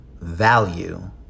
Value